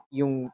yung